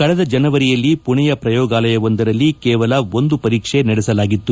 ಕಳೆದ ಜನವರಿಯಲ್ಲಿ ಪುಣೆಯ ಪ್ರಯೋಗಾಲಯವೊಂದರಲ್ಲಿ ಕೇವಲ ಒಂದು ಪರೀಕ್ಷೆ ನಡೆಸಲಾಗಿತ್ತು